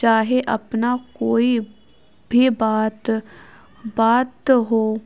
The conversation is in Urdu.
چاہے اپنا کوئی بھی بات بات ہو